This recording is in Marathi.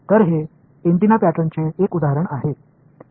तर हे अँटेना पॅटर्नचे एक उदाहरण आहे